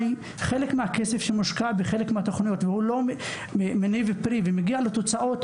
חלק מהכסף שמושקע בתוכנית ולא מניב פרי ומגיע לתוצאות,